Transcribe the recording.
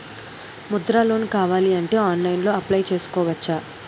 Mudra loan కావాలి అంటే ఆన్లైన్లో అప్లయ్ చేసుకోవచ్చా?